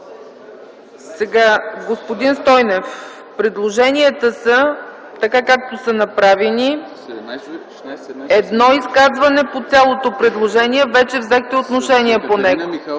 Господин Стойнев, предложенията са така, както са направени – едно изказване по цялото предложение. Вече взехте отношение по него.